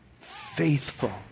faithful